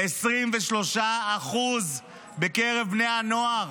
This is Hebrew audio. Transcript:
23% בקרב בני הנוער